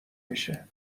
میشه